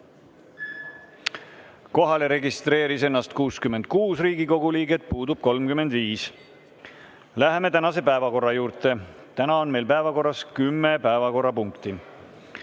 Kohalolijaks registreeris ennast 66 Riigikogu liiget, puudub 35. Läheme tänase päevakorra juurde. Täna on meil päevakorras kümme punkti.